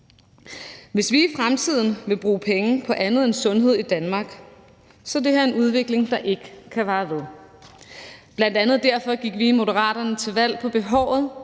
Hvis vi i fremtiden vil bruge penge på andet end sundhed i Danmark, er det her en udvikling, der ikke kan vare ved. Bl.a. derfor gik vi i Moderaterne til valg på behovet